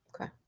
Okay